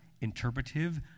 interpretive